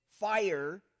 fire